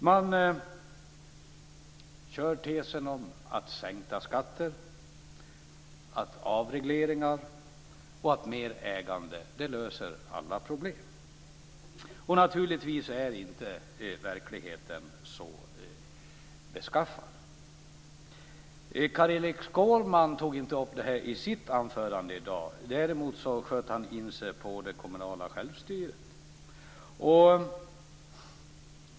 Man kör tesen att sänkta skatter, avregleringar och mer ägande löser alla problem. Naturligtvis är inte verkligheten så beskaffad. Carl-Erik Skårman tog inte upp det här i sitt anförande i dag. Däremot sköt han in sig på det kommunala självstyret.